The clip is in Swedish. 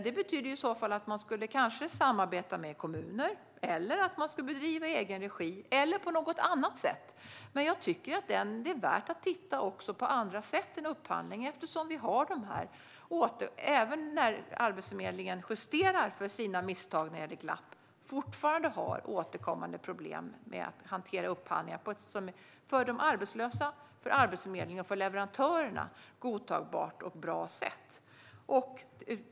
Det betyder i så fall att man kanske skulle samarbeta med kommuner eller bedriva det i egen regi - eller på något annat sätt. Men jag tycker att det är värt att titta på andra sätt än upphandling, eftersom vi - även när Arbetsförmedlingen justerar för sina misstag när det gäller glapp - fortfarande har återkommande problem med att hantera upphandlingar på ett för de arbetslösa, för Arbetsförmedlingen och för leverantörerna godtagbart och bra sätt.